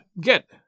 get